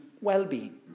well-being